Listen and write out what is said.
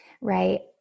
Right